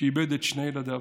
שאיבד את שני ילדיו,